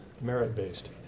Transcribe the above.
merit-based